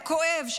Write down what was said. הכואב,